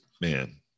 man